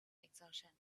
exhaustion